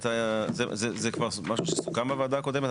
זה כבר משהו שסוכם בוועד הקודמת?